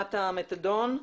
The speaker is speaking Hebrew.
תחנת המתדון,